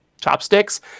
chopsticks